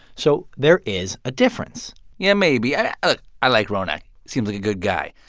so there is a difference yeah, maybe. i ah i like ronak seems like a good guy.